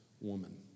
woman